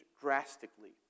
drastically